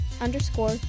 underscore